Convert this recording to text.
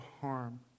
harm